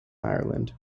ireland